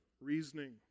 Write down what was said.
reasoning